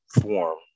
form